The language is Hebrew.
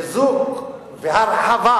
החיזוק וההרחבה